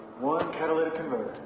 one catalytic converter.